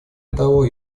того